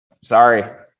Sorry